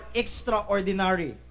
extraordinary